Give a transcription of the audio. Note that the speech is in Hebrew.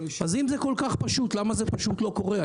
אם זה כל כך פשוט, למה זה פשוט לא קורה?